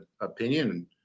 opinion